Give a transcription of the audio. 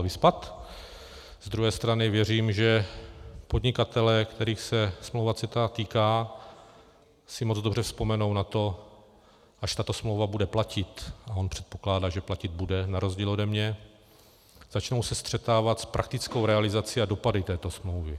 Z druhé strany věřím, že podnikatelé, kterých se smlouva CETA týká, si moc dobře vzpomenou na to, až tato smlouva bude platit, a on předpokládá, že platit bude na rozdíl ode mě, začnou se střetávat s praktickou realizací a dopady této smlouvy.